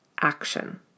action